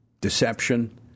deception